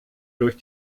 durch